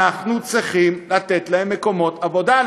אנחנו צריכים לתת להם מקומות עבודה,